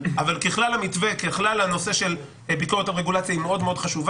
אבל ככלל הנושא של ביקורת על רגולציה הוא מאוד חשוב.